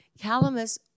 Calamus